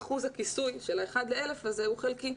אחוז הכיסוי של ה-1 ל-1,000 הזה הוא חלקי.